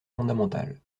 fondamentale